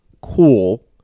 cool –